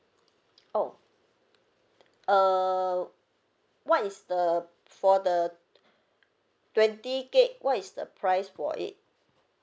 oh uh what is the for the twenty gig what is the price for it